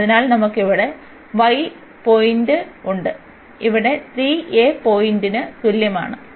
അതിനാൽ നമുക്ക് ഇവിടെ y പോയിന്റ് ഉണ്ട് ഇവിടെ 3 a പോയിന്റിന് തുല്യമാണ്